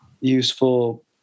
useful